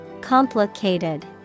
Complicated